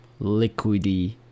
liquidy